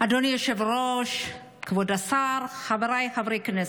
אדוני היושב-ראש, כבוד השר, חבריי חברי הכנסת,